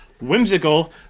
whimsical